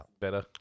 Better